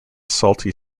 salty